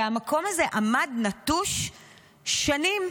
והמקום הזה עמד נטוש שנים.